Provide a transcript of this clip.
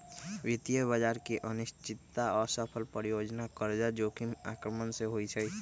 वित्तीय बजार की अनिश्चितता, असफल परियोजना, कर्जा जोखिम आक्रमण से होइ छइ